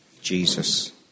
Jesus